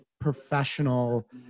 professional